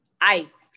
Ice